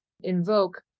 invoke